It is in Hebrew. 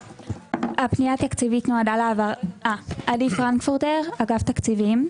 הפנייה התקציבית נועדה להעברת עודפי תקציב לשנת 23'